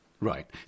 Right